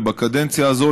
ובקדנציה הזאת,